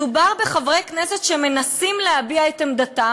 מדובר בחברי כנסת שמנסים להביע את עמדתם